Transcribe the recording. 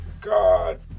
God